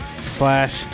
Slash